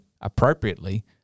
appropriately